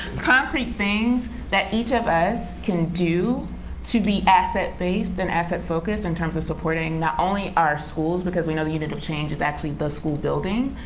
concrete things that each of us can do to be asset-based and asset-focused in terms of supporting, not only our schools, because we know the unit of change is actually school building,